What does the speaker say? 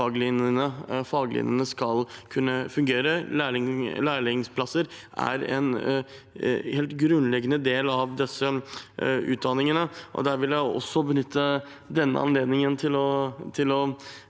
faglinjene skal kunne fungere. Lærlingplasser er en helt grunnleggende del av disse utdanningene. Der vil jeg også benytte denne anledningen til å